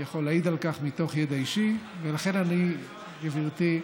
נגד עמדה כזאת, בעד עמדה אחרת.